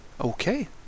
Okay